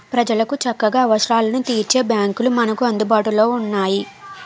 ప్రజలకు చక్కగా అవసరాలను తీర్చే బాంకులు మనకు అందుబాటులో ఉన్నాయి